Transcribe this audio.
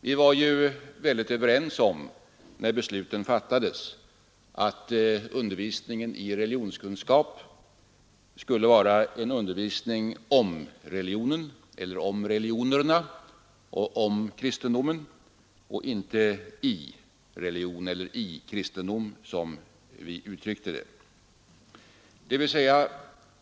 När besluten fattades var vi ju väldigt överens om att undervisningen i religionskunskap skulle vara en undervisning om religionerna och om kristendomen och inte i religion eller i kristendom, som vi uttryckte det.